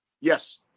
Yes